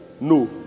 no